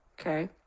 Okay